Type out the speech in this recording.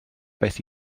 beth